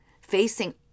facing